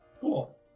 Cool